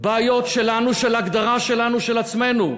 בעיות שלנו, של הגדרה שלנו של עצמנו.